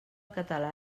català